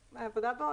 בו,